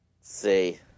see